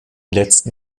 letzten